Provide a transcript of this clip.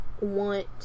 want